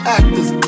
Actors